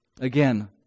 Again